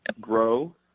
grow